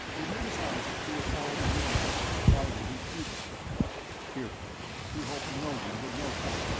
they made his eyes appear all enormous, dilated pupil fearfully, he hoped no one would notice.